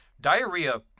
diarrhea